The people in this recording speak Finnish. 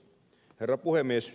herra puhemies